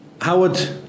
Howard